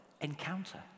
encounter